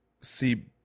See